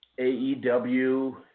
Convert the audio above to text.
AEW